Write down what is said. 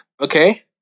Okay